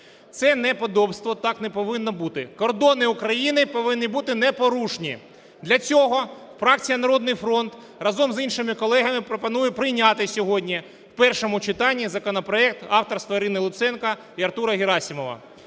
Це неподобство, так не повинно бути. Кордони України повинні бути непорушні. Для цього фракція "Народний фронт" разом з іншими колегами пропонує прийняти сьогодні в першому читанні законопроект авторства Ірини Луценко і Артура Герасимова.